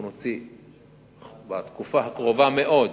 אנחנו נוציא בתקופה הקרובה מאוד,